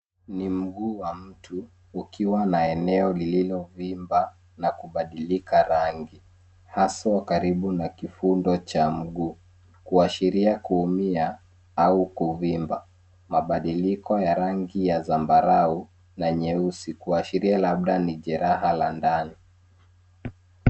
Ni mguu wa mtu ukiwa na eneo lililovimba na kubadilika rangi haswa karibu na kifundo cha mguu kuashiria kuumia au kuvimba. Mabadiliko ya rangi ya zambarau na nyeusi kuashiria labda ni jeraha la ndani.